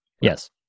Yes